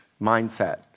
mindset